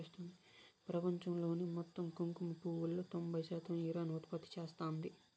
ప్రపంచంలోని మొత్తం కుంకుమ పువ్వులో తొంబై శాతం ఇరాన్ ఉత్పత్తి చేస్తాంది